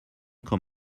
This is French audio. quand